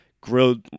grilled